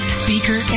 speaker